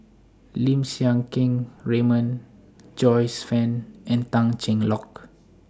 Lim Siang Keat Raymond Joyce fan and Tan Cheng Lock